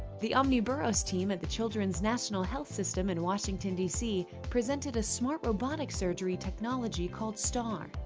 the omniboros team at the children's national health system in washington, dc presented a smart robotic surgery technology called star?